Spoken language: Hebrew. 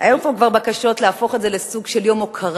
היו פה כבר בקשות להפוך את זה לסוג של יום הוקרה,